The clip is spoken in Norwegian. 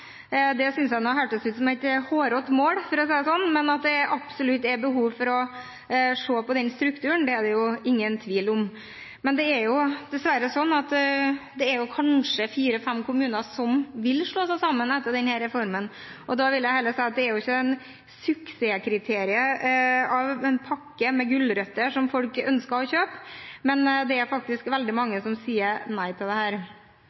Det synes jeg hørtes ut som et hårete mål, for å si det sånn, men at det absolutt er behov for å se på strukturen, er det ingen tvil om. Det er dessverre sånn at kanskje 4–5 kommuner vil slå seg sammen etter denne reformen, og da vil jeg heller si at det har ikke vært en suksess – en pakke med gulrøtter som folk ønsker å kjøpe. Det er faktisk veldig mange som sier nei til